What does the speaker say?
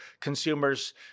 consumers